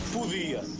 Podia